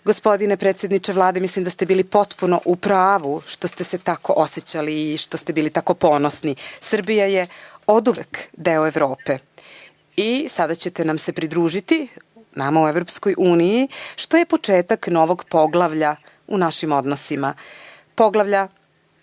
rata. Gospodine predsedniče Vlade, mislim da ste bili potpuno u pravu što ste se tako osećali i što ste bili tako ponosni. Srbija je oduvek deo Evrope i sada ćete se pridružiti nama u Evropskoj uniji, što je početak novog poglavlja u našim odnosima,